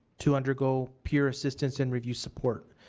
to undergo peer assistance and review support.